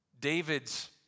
David's